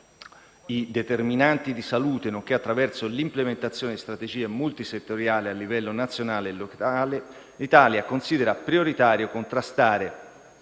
i determinanti di salute, nonché attraverso l'implementazione di strategie multisettoriali a livello nazionale e locale, l'Italia considera prioritario contrastare